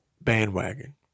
bandwagon